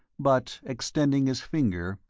but, extending his finger,